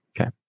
Okay